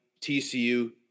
TCU